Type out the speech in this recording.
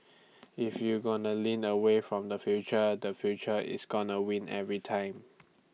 if you gonna lean away from the future the future is gonna win every time